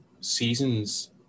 seasons